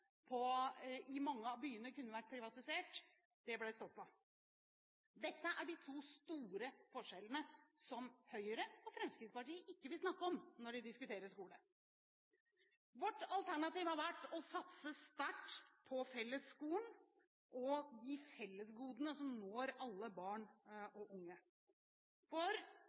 skoleklassene i mange av byene vært privatisert. Dette er de to store forskjellene som Høyre og Fremskrittspartiet ikke vil snakke om når vi diskuterer skole. Vårt alternativ har vært å satse sterkt på fellesskolen og de fellesgodene som når alle barn og unge. Kunnskap for